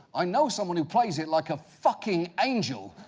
i know someone who plays it like a fucking angel.